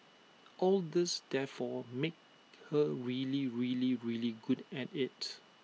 all this therefore made her really really really good at IT